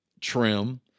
trim